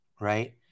Right